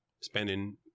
spending